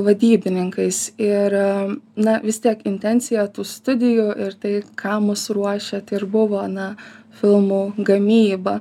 vadybininkais ir na vis tiek intencija tų studijų ir tai kam mus ruošė tai ir buvo ana filmų gamyba